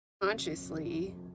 consciously